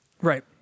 Right